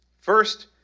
First